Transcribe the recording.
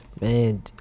Man